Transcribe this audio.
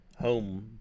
home